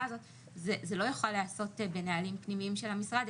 הזאת זה לא יוכל להיעשות בנהלים פנימיים של המשרד,